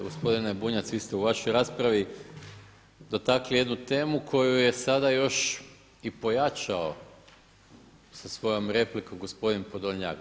Gospodine Bunjac, vi ste u vašoj raspravi dotakli jednu temu koja je sada još i pojačao sa svojom replikom gospodin Podolnjak.